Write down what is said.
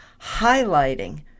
highlighting